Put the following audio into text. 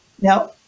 Now